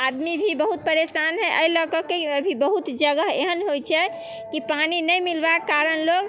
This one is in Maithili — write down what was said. आदमी भी बहुत परेशान हय एहि लऽके अभी बहुत जगह एहन होइत छै कि पानि नहि मिलबाके कारण लोक